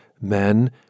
men